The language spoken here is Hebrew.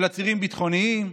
של עצירים ביטחוניים,